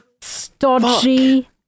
stodgy